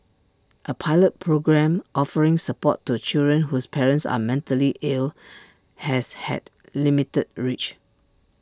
A pilot programme offering support to children whose parents are mentally ill has had limited reach